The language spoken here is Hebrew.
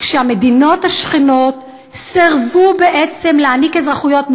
כשהמדינות השכנות סירבו לתת אזרחויות לפליטים,